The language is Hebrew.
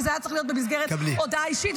כי זה היה צריך להיות במסגרת הודעה אישית,